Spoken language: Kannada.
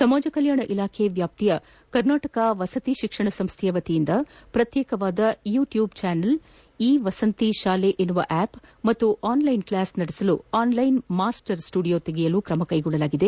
ಸಮಾಜ ಕಲ್ಯಾಣ ಇಲಾಖೆ ವ್ಯಾಪ್ತಿಯ ಕರ್ನಾಟಕ ವಸತಿ ಶಿಕ್ಷಣ ಸಂಸ್ಥೆಯ ವತಿಯಿಂದ ಪ್ರತ್ಯೇಕವಾದ YouTube channel e Vasanti ಶಾಲೆ ಎನ್ನುವ ಆಪ್ ಹಾಗೂ ಆನ್ ಲೈನ್ ಕ್ಲಾಸ್ ನಡೆಸಲು ಆನ್ ಲೈನ್ ಮಾಸ್ಟರ್ ಸ್ಟುಡಿಯೋ ತೆರೆಯಲು ಕ್ರಮಕೈಗೊಳ್ಳಲಾಗಿದೆ